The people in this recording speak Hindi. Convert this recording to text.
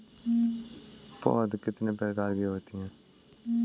पौध कितने प्रकार की होती हैं?